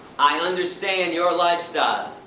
i understand your lifestyle,